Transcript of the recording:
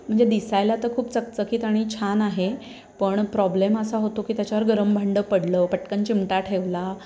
म्हणजे दिसायला तर खूप चकचकीत आणि छान आहे पण प्रॉब्लेम असा होतो की त्याच्यावर गरम भांडं पडलं पटकन चिमटा ठेवला